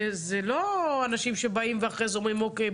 אלו לא אנשים שבאים ואחרי זה אומרים: אוקיי,